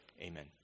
Amen